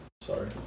Sorry